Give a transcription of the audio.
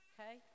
Okay